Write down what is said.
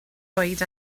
oed